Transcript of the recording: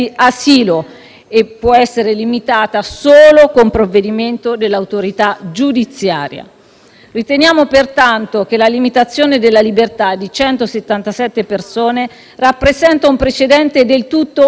Riteniamo pertanto che la limitazione della libertà di 177 persone rappresenta un precedente del tutto inaccettabile per i principi del nostro ordinamento giuridico democratico fondato sul diritto.